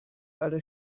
aller